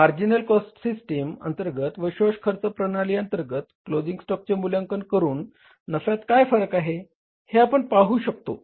marginal costing system अंतर्गत व शोष खर्च प्रणाली अंतर्गत क्लोजिंग स्टॉकचे मूल्यांकन करून नफ्यात काय फरक आहे हे आपण पाहू शकतो